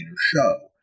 show